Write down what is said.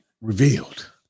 revealed